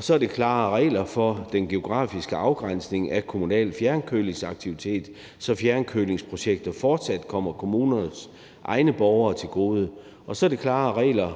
sig om klarere regler for den geografiske afgrænsning af kommunal fjernkølingsaktivitet, så fjernkølingsprojekter fortsat kommer kommunernes egne borgere til gode, og klarere regler